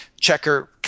checker